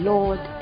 Lord